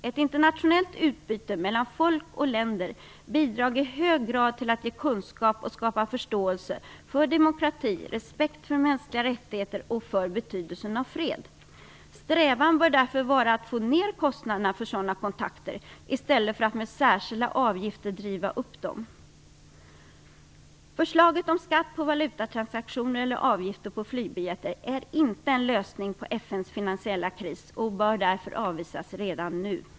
Ett internationellt utbyte mellan folk och länder bidrar i hög grad till att ge kunskap och skapa förståelse för demokrati liksom till respekt för mänskliga rättigheter och för betydelsen av fred. Strävan bör därför vara att få ner kostnaderna för sådana kontakter i stället för att med särskilda avgifter driva upp dem. Förslaget om skatt på valutatransaktioner eller avgift på flygbiljetter är inte en lösning på FN:s finansiella kris och bör därför avvisas redan nu.